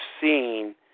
seen